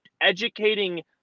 educating